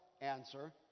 answer